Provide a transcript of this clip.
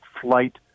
flight